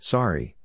Sorry